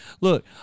Look